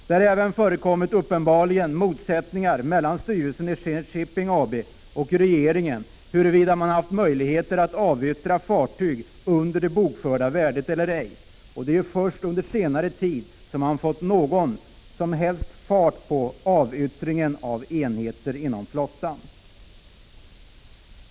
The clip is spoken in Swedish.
Det har uppenbarligen även förekommit motsättningar mellan styrelsen i Zenit Shipping AB och regeringen när det gällt möjligheterna att avyttra fartyg under det bokförda värdet. Det är först under senare tid som man har fått någon som helst fart på avyttringen av enheter inom flottan.